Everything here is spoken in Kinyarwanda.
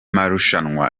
marushanwa